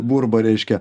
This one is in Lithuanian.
burba reiškia